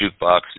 jukebox